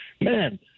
man